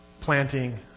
planting